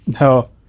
No